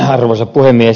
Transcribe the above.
arvoisa puhemies